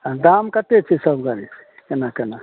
आ दाम कत्ते छै सब गाड़ीके केना केना